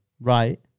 right